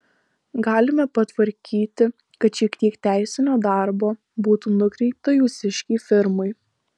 galime patvarkyti kad šiek tiek teisinio darbo būtų nukreipta jūsiškei firmai